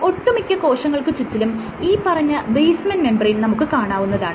ഒട്ടുമിക്ക കോശങ്ങൾക്ക് ചുറ്റിലും ഈ പറഞ്ഞ ബേസ്മെൻറ് മെംബ്രേയ്ൻ നമുക്ക് കാണാവുന്നതാണ്